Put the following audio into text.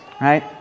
right